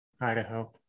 Idaho